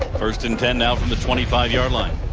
first and ten ah from the twenty five yard line.